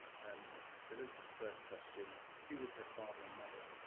um elizabeth's first question who was her father and mother?